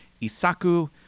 Isaku